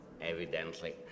evidently